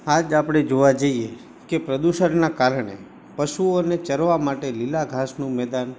આજે આપણે જોવા જઈએ કે પ્રદૂષણનાં કારણે પશુઓને ચરવા માટે લીલા ઘાસનું મેદાન